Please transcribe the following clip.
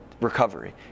recovery